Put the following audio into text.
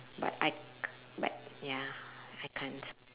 but I but ya I can't